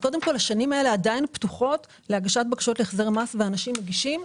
השנים האלה עדיין פתוחות להגשת בקשות להחזר מס ואנשים מגישים.